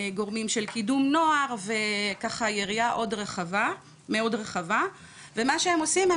גורמים של קידום נוער וככה יריעה מאוד רחבה ומה שהם עושים הם